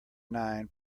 nine